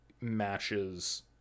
matches